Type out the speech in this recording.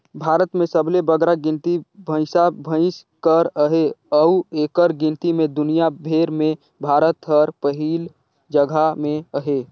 भारत में सबले बगरा गिनती भंइसा भंइस कर अहे अउ एकर गिनती में दुनियां भेर में भारत हर पहिल जगहा में अहे